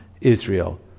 Israel